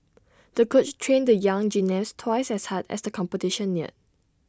the coach trained the young gymnast twice as hard as the competition neared